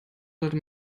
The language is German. sollte